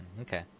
Okay